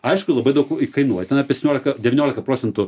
aišku labai daug kainuoja ten apie septyniolika devyniolika procentų